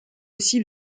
aussi